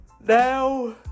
Now